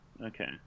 Okay